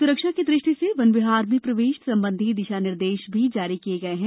सुरक्षा की दृष्टि से वन विहार में प्रवेश संबंधी दिशा निर्देश भी जारी किये गये हैं